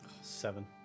seven